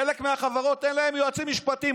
חלק מהחברות אין להן יועצים משפטיים,